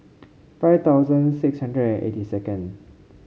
five thousand six hundred and eighty second